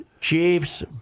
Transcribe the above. Chiefs